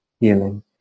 healing